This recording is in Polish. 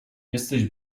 jesteś